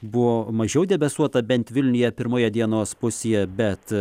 buvo mažiau debesuota bent vilniuje pirmoje dienos pusėje bet